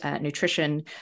nutrition